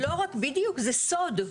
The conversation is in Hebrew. בדיוק, זה סוד.